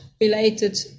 related